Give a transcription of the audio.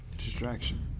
Distraction